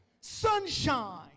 Sunshine